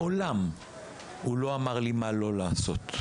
הוא מעולם לא אמר לי מה לא לעשות,